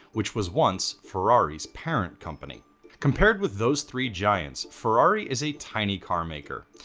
which was once ferrari's parent company compared with those three giants. ferrari is a tiny carmaker.